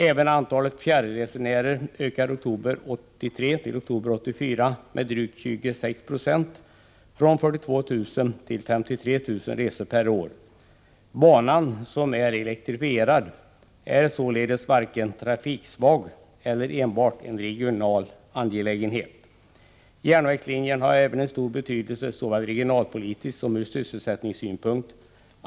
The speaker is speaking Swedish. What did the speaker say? Även antalet fjärresenärer ökade oktober 1983-oktober 1984 med drygt 26 96, från 42 000 till 53 000 resor per år. Banan, som är elektrifierad, är således varken trafiksvag eller enbart en regional angelägenhet. Järnvägslinjen har även stor betydelse såväl regionalpolitiskt som ur sysselsättningssynpunkt.